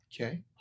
Okay